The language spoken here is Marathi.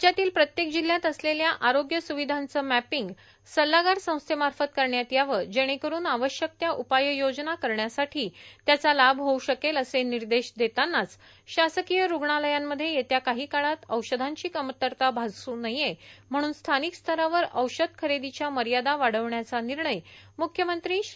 राज्यातील प्रत्येक जिल्ह्यात असलेल्या आरोग्य स्रविधांचं मॅपींग सल्लागार संस्थेमार्फत करण्यात यावं जेणेकरून आवश्यक त्या उपाय योजना करण्यासाठी त्याचा लाभ होऊ शकेल असे निर्देश देतानाच शासकीय ठग्णालयांमध्ये येत्या काही काळात औषधांची कमतरता भासू नये म्हणून स्थानिकस्तरावर औषध खरेदीच्या मर्यादा वाढविण्याचा निर्णय मुख्यमंत्री श्री